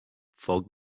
foc